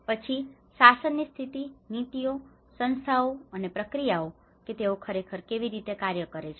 અને પછી શાસનની સ્થિતિ નીતિઓ સંસ્થાઓ અને પ્રક્રિયાઓ કે તેઓ ખરેખર કેવી રીતે કાર્ય કરે છે